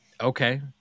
Okay